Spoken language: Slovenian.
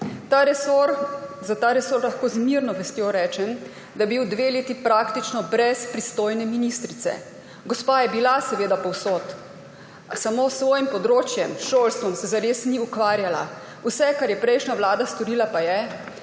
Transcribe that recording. teden. Za ta resor lahko z mirno vestjo rečem, da je bil dve leti praktično brez pristojne ministrice. Gospa je bila seveda povsod, a samo s svojim področjem, šolstvom, se ni zares ukvarjala. Vse, kar je prejšnja vlada storila, pa je,